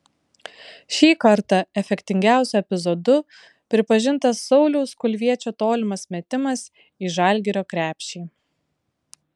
šį kartą efektingiausiu epizodu pripažintas sauliaus kulviečio tolimas metimas į žalgirio krepšį